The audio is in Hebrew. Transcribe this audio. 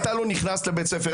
אתה לא נכנס לבית הספר.